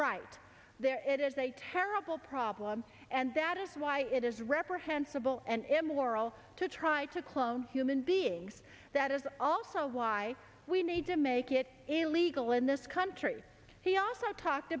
right there it is a terrible problem and that is why it is reprehensible and immoral to try to clone human beings that is also why we need to make it illegal in this country he also talked